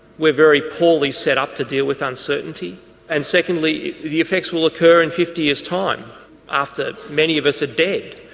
we're very poorly set up to deal with uncertainty and secondly the effects will occur in fifty years time after many of us are dead,